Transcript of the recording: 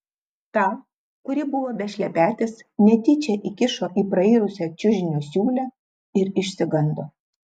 tą kuri buvo be šlepetės netyčia įkišo į prairusią čiužinio siūlę ir išsigando